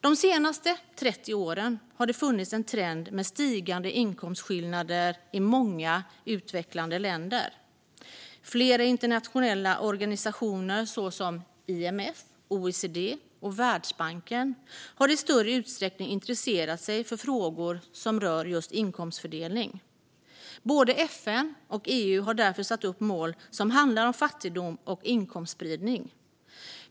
De senaste 30 åren har det funnits en trend med stigande inkomstskillnader i många utvecklande länder. Flera internationella organisationer, såsom IMF, OECD och Världsbanken, har i större utsträckning intresserat sig för frågor som rör just inkomstfördelning. Både FN och EU har därför satt upp mål som handlar om fattigdom och inkomstspridning.